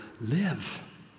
live